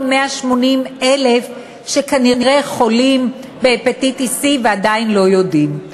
ה-180,000 שכנראה חולים בהפטיטיס C ועדיין לא יודעים.